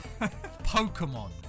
Pokemon